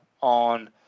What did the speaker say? on